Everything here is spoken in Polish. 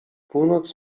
północ